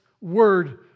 word